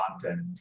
content